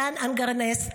מתן אנגרסט,